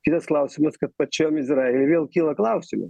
kitas klausimas kad pačiam izraeliui vėl kyla klausimų